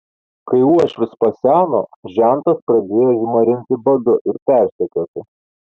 kai uošvis paseno žentas pradėjo jį marinti badu ir persekioti